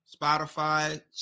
Spotify